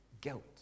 guilt